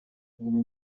uwo